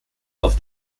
auf